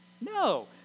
No